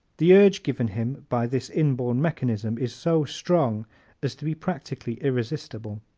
the urge given him by this inborn mechanism is so strong as to be practically irresistible.